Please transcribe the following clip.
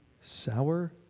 Sour